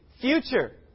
future